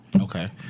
Okay